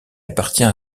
appartient